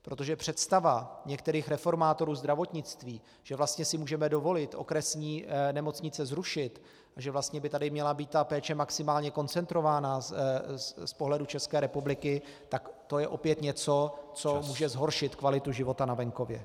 Protože představa některých reformátorů zdravotnictví, že vlastně si můžeme dovolit okresní nemocnice zrušit, že vlastně by tady měla být ta péče maximálně koncentrována z pohledu ČR, tak to je opět něco , co může zhoršit kvalitu života na venkově.